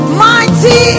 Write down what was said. mighty